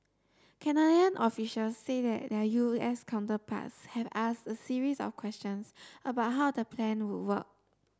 Canadian officials say their U S counterparts have asked a series of questions about how the plan would work